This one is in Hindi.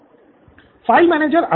स्टूडेंट सिद्धार्थ फ़ाइल मैनेजर अलग है